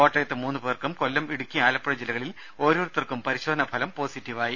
കോട്ടയത്ത് മൂന്ന് പേർക്കും കൊല്ലം ഇടുക്കി ആലപ്പുഴ ജില്ലകളിൽ ഓരോർത്തർക്കും പരിശോധനാ ഫലം പോസിറ്റീവായി